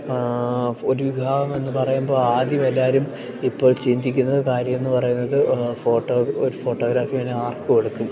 ഒരു വിവാഹം എന്ന് പറയുമ്പോൾ ആദ്യം എല്ലാവരും ഇപ്പോൾ ചിന്തിക്കുന്ന കാര്യം എന്ന് പറയുന്നത് ഫോട്ടോ ഒരു ഫോട്ടോഗ്രാഫിനെ ആർക്ക് കൊടുക്കും